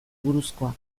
buruzkoak